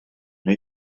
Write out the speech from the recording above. wnei